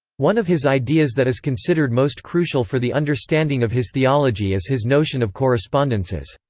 one of his ideas that is considered most crucial for the understanding of his theology is his notion of correspondences.